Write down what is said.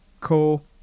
cool